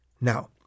Now